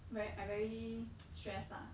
ver~ I very stress ah